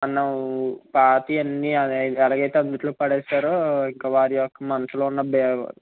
మనం పాతవి అన్నీ ఎలాగైతే అగ్నిలో పడేశారో ఇంక వారి యొక్క మనసులో ఉన్న బే